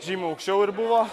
žymiai aukščiau ir buvo